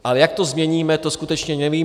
Ale jak to změníme, to skutečně nevím.